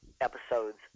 episodes